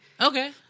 Okay